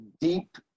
deep